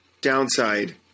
downside